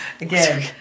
again